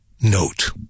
note